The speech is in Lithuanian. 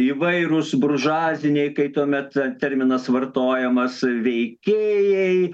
įvairūs buržuaziniai kai tuomet terminas vartojamas veikėjai